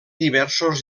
diversos